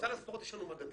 בסל הספורט יש מדדים,